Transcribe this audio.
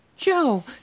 Joe